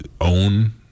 own